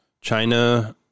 China